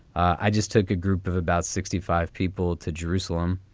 i just took a group of about sixty five people to jerusalem.